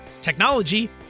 technology